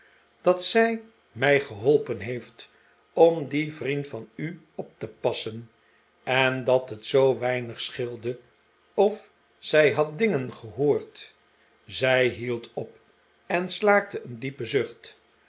dat zij mij geholpen heeft om dien vriend van u op te passen en dat het zoo weinig scheelde of zij had dingen gehoord zij hield op en slaakte een diepen zucht